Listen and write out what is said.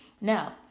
Now